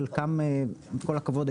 חלקם עם כל הכבוד,